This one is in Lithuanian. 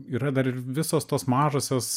yra dar visos tos mažosios